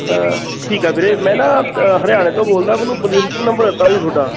ਠੀਕ ਆ ਵੀਰੇ ਮੈਂ ਨਾ ਹਰਿਆਣੇ ਤੋਂ ਬੋਲਦਾ ਮੈਨੂੰ ਬਲਵਿੰਦਰ ਨੇ ਨੰਬਰ ਦਿੱਤਾ ਸੀ ਤੁਹਾਡਾ